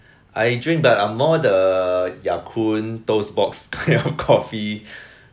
I drink but I'm more the ya kun toast box kind of coffee